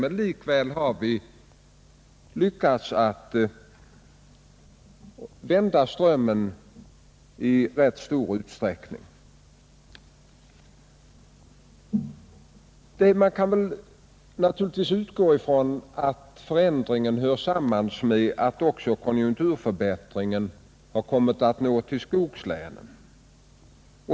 Men likväl har vi i stor utsträckning lyckats vända strömmen. Man kan naturligtvis utgå ifrån att förändringen hör samman med att också konjunkturförbättringen kommit att nå skogslänen.